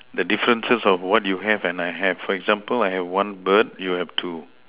the differences of what you have and I have for example I have one bird you have two